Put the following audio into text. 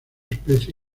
especie